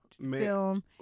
film